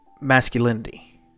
masculinity